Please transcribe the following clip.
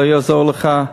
לא יעזור לך,